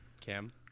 Cam